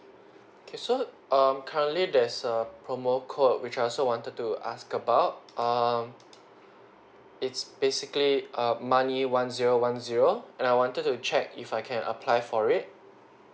okay so um currently there's a promo code which I also wanted to ask about um it's basically um money one zero one zero and I wanted to check if I can apply for it